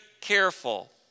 careful